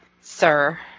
sir